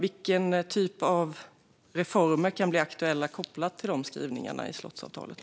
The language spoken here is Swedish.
Vilken typ av reformer kan bli aktuella kopplat till denna skrivning i slottsavtalet?